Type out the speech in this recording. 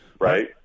right